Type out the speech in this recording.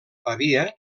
pavia